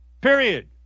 period